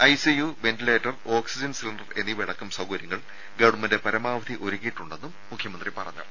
ICU ventilator oxygen cylinder എന്നിവയടക്കം സൌകര്യങ്ങൾ government പരമാവധി ഒരുക്കിയിട്ടുണ്ടെന്നും മുഖ്യമന്ത്രി പറഞ്ഞു